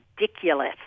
ridiculous